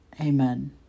amen